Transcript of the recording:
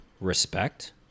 respect